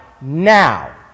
now